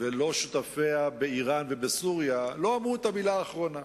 ושותפיו באירן ובסוריה לא אמרו את המלה האחרונה.